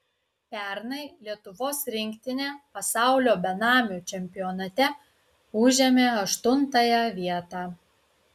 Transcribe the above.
pernai lietuvos rinktinė pasaulio benamių čempionate užėmė aštuntąją vietą